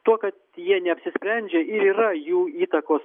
tuo kad jie neapsisprendžia ir yra jų įtakos